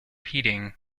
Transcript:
heating